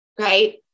Right